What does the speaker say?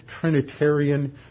Trinitarian